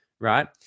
Right